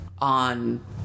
on